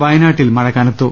വയനാട്ടിൽ മഴ കനത്തു